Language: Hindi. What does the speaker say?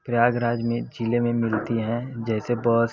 प्रयागराज में ज़िले में मिलती हैं जैसे बस